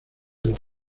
los